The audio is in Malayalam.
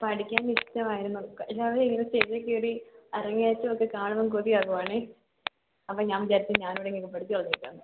പഠിക്കാൻ ഇഷ്ടമായിരുന്നു എല്ലാവരും ഇങ്ങനെ സ്റ്റേജിൽ കയറി അരങ്ങേറ്റം ഒക്കെ കാണുമ്പോൾ കൊതിയാകുവാണ് അപ്പോൾ ഞാൻ വിചാരിച്ചു ഞാൻകൂടെ അങ്ങ് പഠിച്ച് കളഞ്ഞേക്കാം എന്ന്